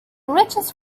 richest